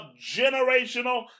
generational